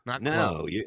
no